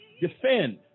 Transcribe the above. defend